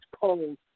polls